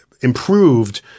improved